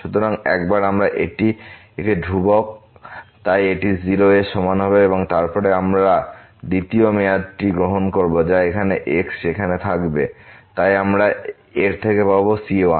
সুতরাং একবার আমরা এটি একটি ধ্রুবক তাই এটি 0 এর সমান হবে এবং তারপরে আমরা দ্বিতীয় মেয়াদটি গ্রহণ করব যা এখানে x সেখানে থাকবে তাই আমরা এর থেকে পাব c1